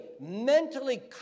mentally